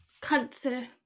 cancer